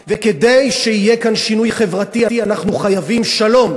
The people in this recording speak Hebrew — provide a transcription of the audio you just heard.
וכדי שיהיה כאן שינוי חברתי אנחנו חייבים שלום.